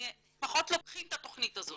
לוקחים את התכנית הזאת.